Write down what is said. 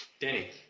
Danny